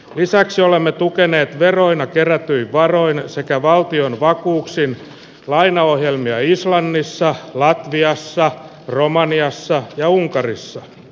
lisäksi olemme tukeneet veroina kerättyyn varoineen sekä valtion vakuuksina lainaohjelmia islannissa lattiassa romaniassa ja unkarissa s